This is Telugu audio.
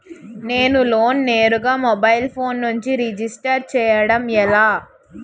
నేను లోన్ నేరుగా మొబైల్ ఫోన్ నుంచి రిజిస్టర్ చేయండి ఎలా?